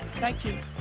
thank you.